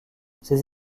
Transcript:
ces